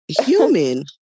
human